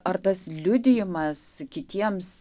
ar tas liudijimas kitiems